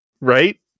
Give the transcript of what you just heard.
right